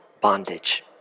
bondage